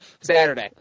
Saturday